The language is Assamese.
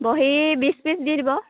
বহী বিছ পিচ দি দিব